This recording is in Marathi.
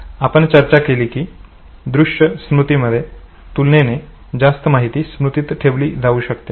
आपण चर्चा केली की दृश्य स्मृती मध्ये तुलनेने जास्त माहिती स्मृतीत ठेवली जाऊ शकते